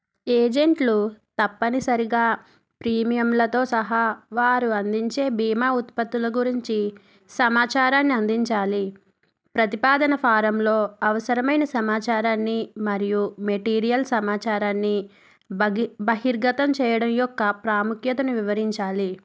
ఏజెంట్లు తప్పనిసరిగా ప్రీమియంలతో సహా వారు అందించే బీమా ఉత్పత్తుల గురించి సమాచారాన్ని అందించాలి ప్రతిపాదన ఫారంలో అవసరమైన సమాచారాన్ని మరియు మెటీరియల్ సమాచారాన్ని బగి బహిర్గతం చేయడం యొక్క ప్రాముఖ్యతను వివరించాలి